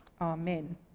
amen